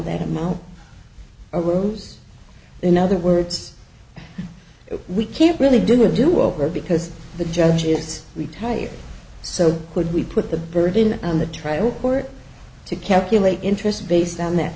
that amount arose in other words we can't really do a do over because the judge is retired so could we put the burden on the trial court to calculate interest based on that